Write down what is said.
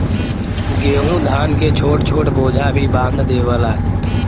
गेंहू धान के छोट छोट बोझा भी बांध देवला